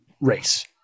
race